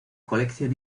colección